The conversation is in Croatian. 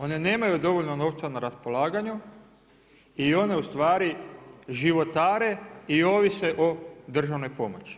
One nemaju dovoljno novca na raspolaganju i one životare i ovise o državnoj pomoći.